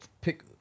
pick